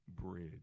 bridge